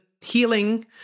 healing